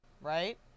Right